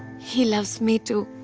he loves me too.